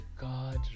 God